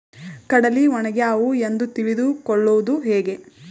ಕಡಲಿ ಒಣಗ್ಯಾವು ಎಂದು ತಿಳಿದು ಕೊಳ್ಳೋದು ಹೇಗೆ?